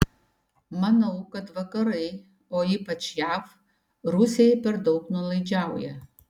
manau kad vakarai o ypač jav rusijai per daug nuolaidžiauja